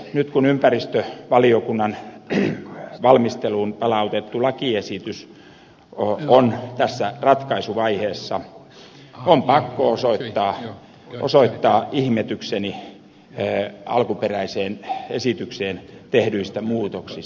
nyt kun ympäristövaliokunnan valmistelussa ollut lakiesitys on tässä ratkaisuvaiheessa on pakko osoittaa ihmetykseni alkuperäiseen esitykseen tehdyistä muutoksista